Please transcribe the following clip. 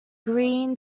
green